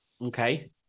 Okay